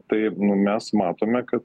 tai mes matome kad